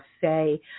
say